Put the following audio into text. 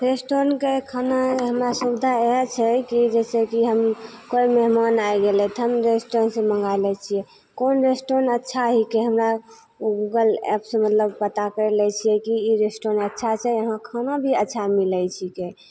रेस्टोरेन्टके खाना हमे सुविधा वएह छै कि जैसे कि हम कोइ मेहमान आइ गेलय तऽ हम रेस्टोरेन्टसँ मँगा लै छी कोन रेस्टोरेन्ट अच्छा हिके हमरा गुगल एप्पसँ मतलब पता करि लै छियै कि ई रेस्टोरेन्ट अच्छा छै यहाँ खाना भी अच्छा मिलय छिके